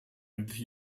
endlich